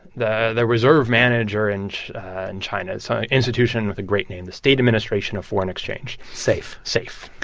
the the reserve manager and in china it's an institution with a great name, the state administration of foreign exchange safe safe